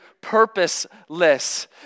purposeless